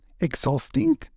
exhausting